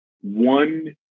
one